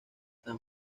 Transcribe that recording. san